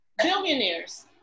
billionaires